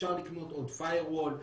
אפשר לקנות עוד firewall,